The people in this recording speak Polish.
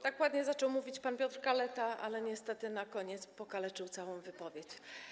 Tak ładnie zaczął mówić pan Piotr Kaleta, ale niestety na koniec pokaleczył całą wypowiedź.